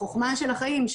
החוכמה של החיים,